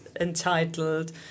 entitled